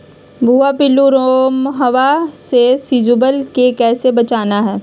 भुवा पिल्लु, रोमहवा से सिजुवन के कैसे बचाना है?